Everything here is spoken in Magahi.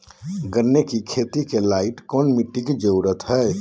गन्ने की खेती के लाइट कौन मिट्टी की जरूरत है?